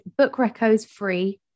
BOOKRECOSFREE